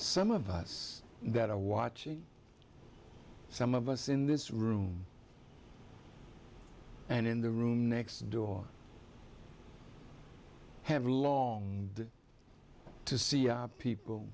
some of us that are watching some of us in this room and in the room next door have long to see people